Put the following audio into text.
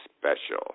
special